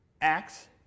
Acts